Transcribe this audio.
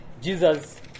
Jesus